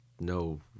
no